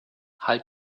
halt